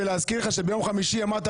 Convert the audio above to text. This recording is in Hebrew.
ולהזכיר לך שביום חמישי אמרת,